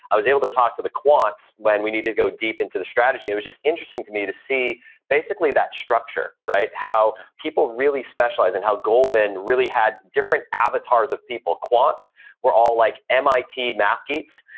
i was able to talk to the quants when we need to go deep into the strategy. it was just interesting to me to see basically that structure, how people really specialized and how goldman really had different avatars of people quants were all like mit math geeks.